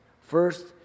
First